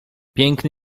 piękny